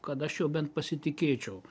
kad aš jau bent pasitikėčiau